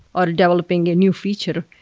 or developing a new feature,